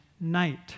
night